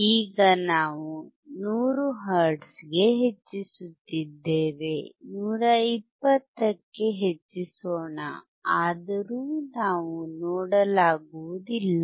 ಈಗ ನಾವು 100 ಹರ್ಟ್ಜ್ಗೆ ಹೆಚ್ಚಿಸುತ್ತಿದ್ದೇವೆ 120 ಕ್ಕೆ ಹೆಚ್ಚಿಸೋಣ ಆದರೂ ನಾವು ನೋಡಲಾಗುವುದಿಲ್ಲ